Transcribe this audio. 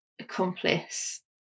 accomplice